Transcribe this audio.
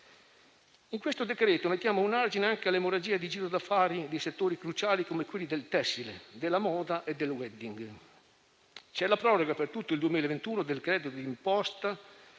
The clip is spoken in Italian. in esame mettiamo un argine anche all'emorragia di giro d'affari di settori cruciali come quelli del tessile, della moda e del *wedding.* È prevista la proroga per tutto il 2021 del credito d'imposta